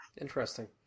Interesting